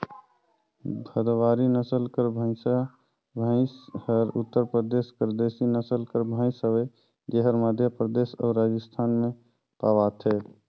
भदवारी नसल कर भंइसा भंइस हर उत्तर परदेस कर देसी नसल कर भंइस हवे जेहर मध्यपरदेस अउ राजिस्थान में पवाथे